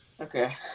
Okay